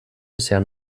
bisher